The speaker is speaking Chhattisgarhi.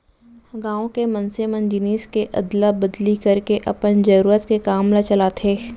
गाँव के मनसे मन जिनिस के अदला बदली करके अपन जरुरत के काम ल चलाथे